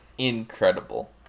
Incredible